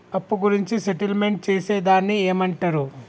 అప్పు గురించి సెటిల్మెంట్ చేసేదాన్ని ఏమంటరు?